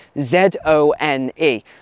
Z-O-N-E